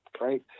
Right